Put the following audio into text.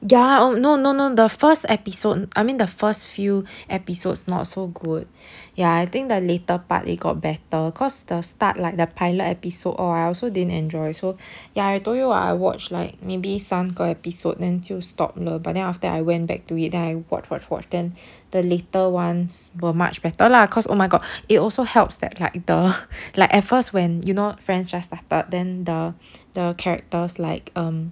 ya oh no no no the first episode I mean the first few episodes not so good ya I think the later part they got better cause the start like the pilot episode all I also didn't enjoy so ya I told you I watch like maybe 三个 episode then 就 stop 了 but then after that I went back to it I watch watch watch then the later ones were much better lah cause oh my god it also helps that like the like at first when you know friends just started the the characters like um